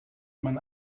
man